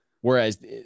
whereas